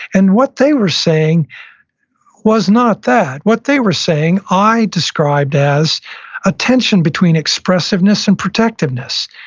and what they were saying was not that. what they were saying i described as a tension between expressiveness and protectiveness,